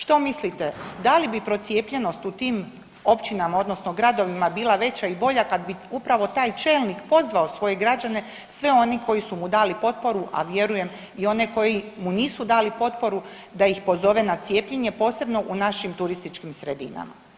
Što mislite, da li bi procijepljenost u tim općinama odnosno gradovima bila veća i bolja kad bi upravo taj čelnik pozvao svoje građane, sve one koji su mu dali potporu a vjerujem i one koji mu nisu dali potporu, da ih pozove na cijepljenje, posebno u našim turističkim sredinama?